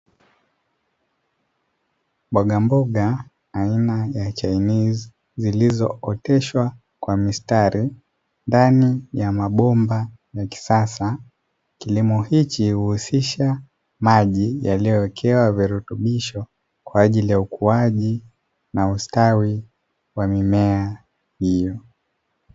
Mbogamboga aina ya chainizi zilizooteshwa kwa mistari ndani ya mabomba ya kisasa, kilimo hichi uhusisha maji yaliyowekewa virutubisho kwa ajili ya ukuaji na ustawi wa mimea hiyo.